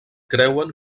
creuen